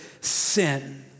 sin